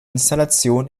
installation